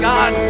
God